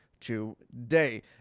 today